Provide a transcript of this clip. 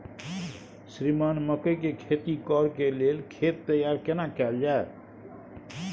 श्रीमान मकई के खेती कॉर के लेल खेत तैयार केना कैल जाए?